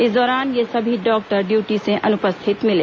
इस दौरान ये सभी डॉक्टर ड्यूटी से अनुपस्थित मिले